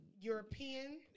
European